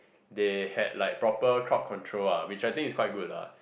they had like proper crowd control lah which I think is quite good lah